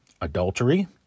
adultery